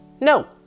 No